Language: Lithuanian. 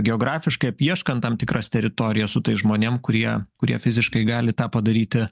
geografiškai apieškant tam tikras teritorijas su tais žmonėm kurie kurie fiziškai gali tą padaryti